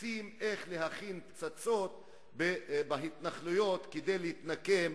שמפיצים איך להכין פצצות בהתנחלויות כדי להתנקם